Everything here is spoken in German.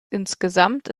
insgesamt